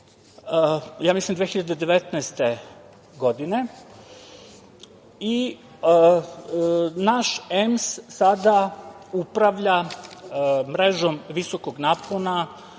mislim, 2019. godine. Naš EMS sada upravlja mrežom visokog napona